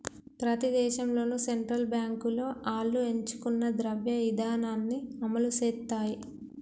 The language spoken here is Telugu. ప్రతి దేశంలోనూ సెంట్రల్ బాంకులు ఆళ్లు ఎంచుకున్న ద్రవ్య ఇదానాన్ని అమలుసేత్తాయి